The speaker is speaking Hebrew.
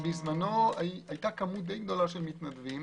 בזמנו היתה כמות די גדולה של מתנדבים.